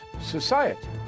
society